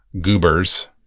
goobers